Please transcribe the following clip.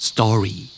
Story